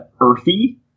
earthy